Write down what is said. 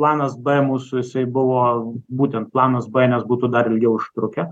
planas b mūsų jisai buvo būtent planas b nes būtų dar ilgiau užtrukę